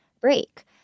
break